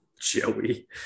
Joey